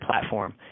platform